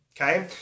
Okay